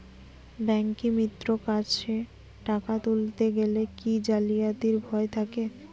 ব্যাঙ্কিমিত্র কাছে টাকা তুলতে গেলে কি জালিয়াতির ভয় থাকে?